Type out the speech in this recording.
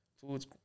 food's